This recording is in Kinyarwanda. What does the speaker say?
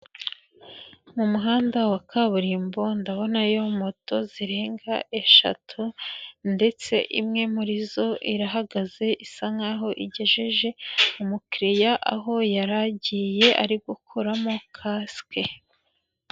Mu muhanda wa kaburimbo, ndabonayo moto zirenga eshatu, ndetse imwe muri zo irahagaze isa nk'aho igejeje umukiriya aho yaragiye ari gukuramo kasike.